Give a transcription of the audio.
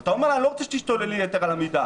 אתה אומר לה: אני לא רוצה שתשתוללי יתר על המידה,